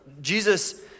Jesus